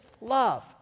love